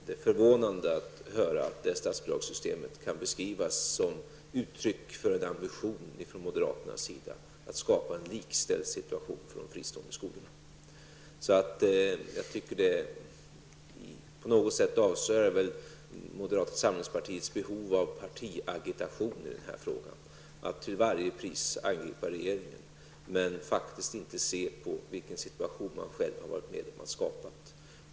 Det är förvånande att höra att det statsbidragssystemet kan beskrivas som uttryck för en ambition från moderaternas sida att skapa en likställd situation för de fristående skolorna. Jag tycker att det på något sätt avslöjar moderata samlingspartiets behov av partiagitation i denna fråga. Man vill till varje pris angripa regeringen, men faktiskt inte se vilken situation man själv varit med att skapa.